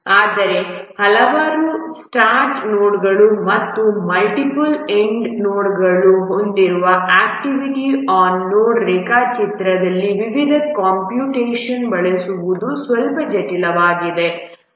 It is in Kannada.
ಆದರೆ ಹಲವಾರು ಸ್ಟಾರ್ಟ್ ನೋಡ್ಗಳು ಮತ್ತು ಮಲ್ಟಿಪಲ್ ಎಂಡ್ ನೋಡ್ಗಳನ್ನು ಹೊಂದಿರುವ ಆಕ್ಟಿವಿಟಿ ಆನ್ ನೋಡ್ ರೇಖಾಚಿತ್ರದಲ್ಲಿ ವಿವಿಧ ಕಂಪ್ಯೂಟೇಶನ್ಗಳನ್ನು ಬಳಸುವುದು ಸ್ವಲ್ಪ ಜಟಿಲವಾಗಿದೆ